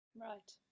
Right